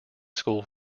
school